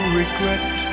regret